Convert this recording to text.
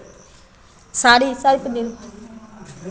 साड़ी साड़ी तऽ